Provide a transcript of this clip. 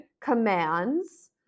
commands